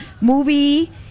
movie